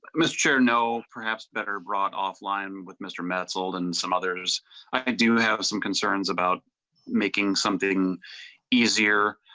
mister chair know perhaps better brought offline with mister matt sold and some others i do have some concerns about making something easy year.